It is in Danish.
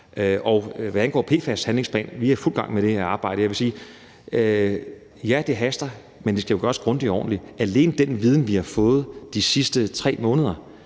Hvad angår en PFAS-handlingsplan, er vi i fuld gang med det arbejde. Jeg vil sige: Ja, det haster, men det skal jo gøres grundigt og ordentligt. Alene den viden, vi har fået de sidste 3 måneder,